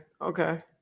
Okay